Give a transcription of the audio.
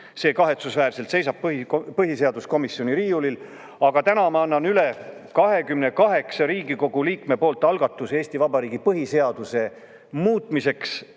kahetsusväärselt seisab see põhiseaduskomisjoni riiulil. Aga täna ma annan üle 28 Riigikogu liikme nimel algatuse Eesti Vabariigi põhiseaduse muutmiseks,